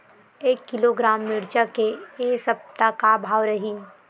एक किलोग्राम मिरचा के ए सप्ता का भाव रहि?